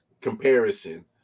comparison